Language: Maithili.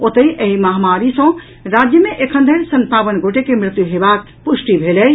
ओतहि एहि महामारी सँ राज्य मे एखन धरि संतावन गोटे के मृत्यु हेबाक पुष्टि भेल अछि